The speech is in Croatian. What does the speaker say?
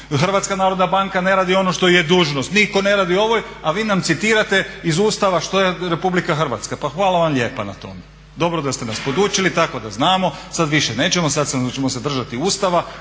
zakukurikao. HNB ne radi ono što joj je dužnost, nitko ne radi … a vi nam citirate iz Ustava što je Republika Hrvatska. Pa hvala vam lijepa na tome. Dobro da ste nas podučili tako da znamo, sad više nećemo, sad ćemo se držati Ustava,